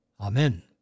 Amen